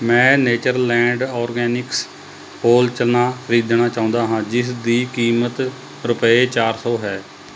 ਮੈਂ Natureland Organics whole chana ਖਰੀਦਣਾ ਚਾਹੁੰਦਾ ਹਾਂ ਜਿਸ ਦੀ ਕੀਮਤ ਰੁਪਏ ਚਾਰ ਸੌ ਹੈ